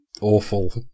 awful